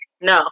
No